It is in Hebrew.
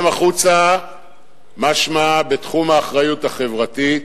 גם החוצה משמע בתחום האחריות החברתית,